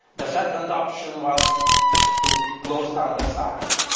the second option was to close down the site.